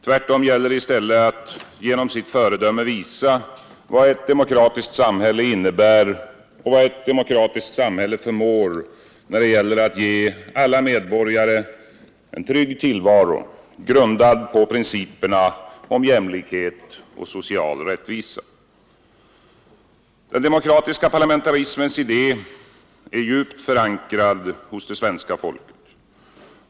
Tvärtom gäller det att genom sitt föredöme visa för världen vad ett demokratiskt samhälle innebär och vad ett demokratiskt samhälle förmår när det gäller att ge alla medborgare en trygg tillvaro, grundad på principerna om jämlikhet och social rättvisa. Den demokratiska parlamentarismens idé är djupt förankrad hos det svenska folket.